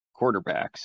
quarterbacks